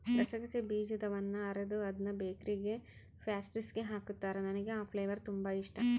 ಗಸಗಸೆ ಬೀಜದವನ್ನ ಅರೆದು ಅದ್ನ ಬೇಕರಿಗ ಪ್ಯಾಸ್ಟ್ರಿಸ್ಗೆ ಹಾಕುತ್ತಾರ, ನನಗೆ ಆ ಫ್ಲೇವರ್ ತುಂಬಾ ಇಷ್ಟಾ